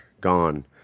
gone